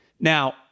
Now